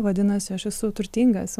vadinasi aš esu turtingas